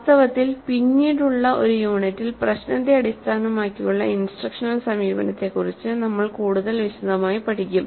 വാസ്തവത്തിൽ പിന്നീടുള്ള ഒരു യൂണിറ്റിൽപ്രശ്നത്തെ അടിസ്ഥാനമാക്കിയുള്ള ഇൻസ്ട്രക്ഷണൽ സമീപനത്തെക്കുറിച്ച് നമ്മൾ കൂടുതൽ വിശദമായി പഠിക്കും